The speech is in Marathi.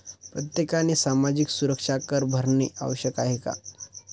प्रत्येकाने सामाजिक सुरक्षा कर भरणे आवश्यक आहे का?